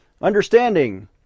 Understanding